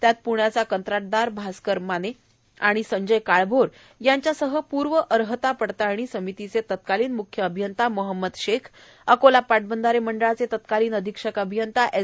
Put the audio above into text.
त्यात पुण्याचा कंत्राटदार भास्कर माने आणि संजय काळभोर यांच्यासह पूर्व अर्इता पडताळणी समितीचे तत्कालीन मुख्य अभियंता मोहम्मद ीख अकोला पाटबंयारे मंडळाचे तत्कालीन अधीक्षक अभियंता एस